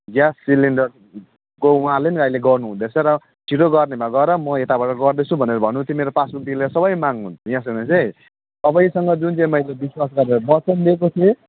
gas सिलिन्डरको उहाँले गर्नु हुँदैछ र छिटो गर्ने भए गर म यताबाट गर्दैछु भन्नु हुँदैथियो मेरो पासबुकदेखि लिएर सबै माग्नु हुँदैथियो यहाँ सुन्नुहोस् है तपाईँसँग जुन चाहिँ विश्वास गरेर वचन दिएको थिएँ